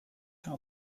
how